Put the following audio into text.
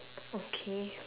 okay